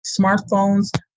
smartphones